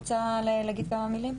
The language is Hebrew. את רוצה לומר כמה מילים?